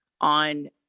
on